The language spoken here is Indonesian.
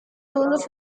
lulus